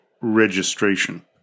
registration